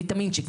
של ויטמינצ'יק,